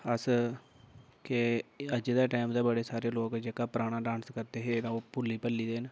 अस केह् अज्जै दे टैम ते बड़े सारे लोक जेह्का पराना डांस करदे हे ते ओह् भुल्ली भल्ली गेदे न